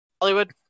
Hollywood